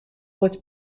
was